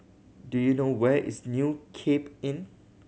do you know where is New Cape Inn